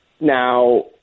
Now